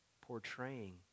portraying